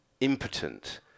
impotent